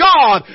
God